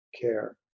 care